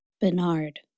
Bernard